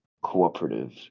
cooperative